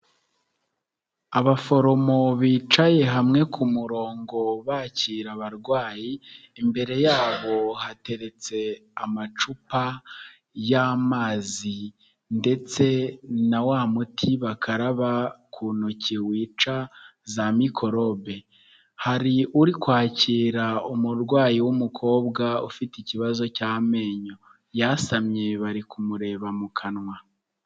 Abaforomo bicaye hamwe ku murongo bakira abarwayi, imbere yabo hateretse amacupa y'amazi ndetse na wa muti bakaraba ku ntoki wica za mikorobe, hari uri kwakira umurwayi w'umukobwa ufite ikibazo cy'amenyo yasamye bari kumureba mu kanwa.